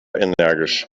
energisch